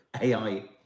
AI